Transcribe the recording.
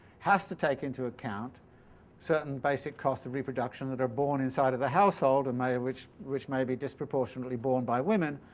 has to take into account certain basic costs of reproduction that are born inside of the household and which which may be disproportionately born by women.